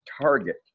target